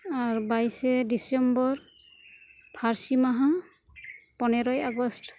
ᱟᱨ ᱵᱟᱭᱤᱥᱮ ᱰᱤᱥᱮᱢᱵᱚᱨ ᱯᱟᱹᱨᱥᱤ ᱢᱟᱦᱟ ᱯᱚᱱᱮᱨᱚᱭ ᱟᱜᱚᱥᱴ